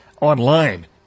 online